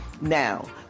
Now